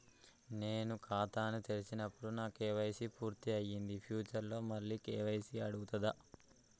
నేను ఖాతాను తెరిచినప్పుడు నా కే.వై.సీ పూర్తి అయ్యింది ఫ్యూచర్ లో మళ్ళీ కే.వై.సీ అడుగుతదా?